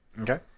Okay